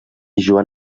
joan